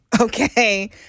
Okay